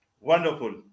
Wonderful